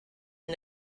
and